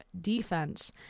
defense